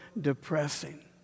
depressing